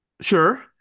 Sure